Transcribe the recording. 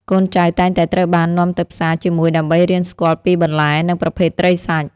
កូនចៅតែងតែត្រូវបាននាំទៅផ្សារជាមួយដើម្បីរៀនស្គាល់ពីបន្លែ និងប្រភេទត្រីសាច់។